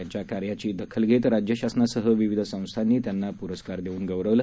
त्यांच्याकार्याचीदखतघेतराज्यशासनासहविविधसंस्थांनीत्यांनापुरस्कारदेऊनगौरवले